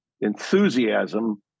enthusiasm